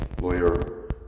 lawyer